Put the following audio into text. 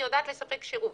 היא יודעת לספק שירות.